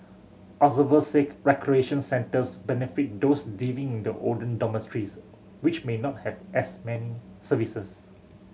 observers seek recreation centres benefit those living in the older dormitories which may not have as many services